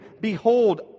behold